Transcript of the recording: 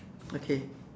okay